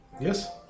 Yes